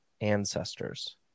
ancestors